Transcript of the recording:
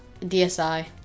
DSi